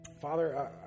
Father